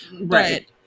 Right